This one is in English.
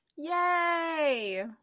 Yay